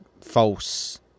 false